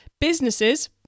businesses